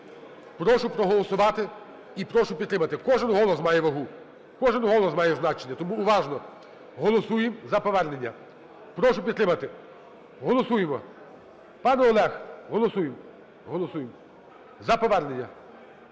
Прошу проголосувати і прошу підтримати. Кожен голос має вагу. Кожен голос має значення, тому уважно голосуємо за повернення. Прошу підтримати. Голосуємо! Пане Олег, голосуєм. Голосуєм за повернення.